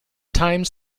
times